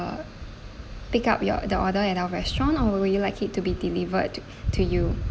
pick up your the order at our restaurant or would you like it to be delivered to to you